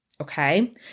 Okay